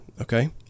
Okay